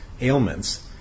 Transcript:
ailments